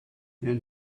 and